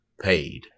paid